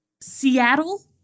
Seattle